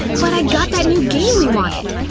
but i got that new game we wanted!